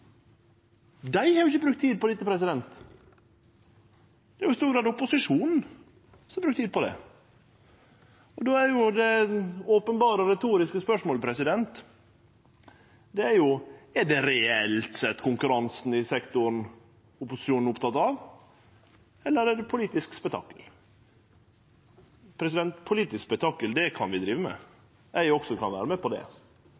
Dei har ikkje brukt tid på dette. Det er i stor grad opposisjonen som har brukt tid på det. Det openberre retoriske spørsmålet er då: Er det reelt sett konkurransen i sektoren opposisjonen er oppteken av, eller er det politisk spetakkel? Politisk spetakkel kan vi drive med. Eg kan også vere med på det.